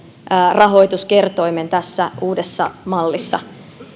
rahoituskertoimen tässä uudessa mallissa